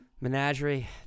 menagerie